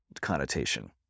connotation